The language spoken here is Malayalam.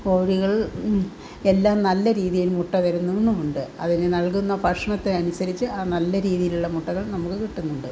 കോഴികൾ എല്ലാം നല്ല രീതിയിൽ മുട്ട തരുന്നുവുമുണ്ട് അതിന് നൽകുന്ന ഭക്ഷണത്തെയനുസരിച്ച് ആ നല്ല രീതിയിലുള്ള മുട്ടകൾ നമുക്ക് കിട്ടുന്നുണ്ട്